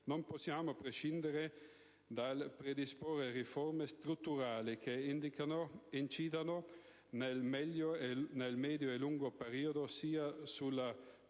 Non possiamo prescindere dal predisporre riforme strutturali che incidano, nel medio e lungo periodo, sia sulla